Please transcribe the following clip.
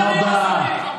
שני הצדדים גזענים, תודה רבה.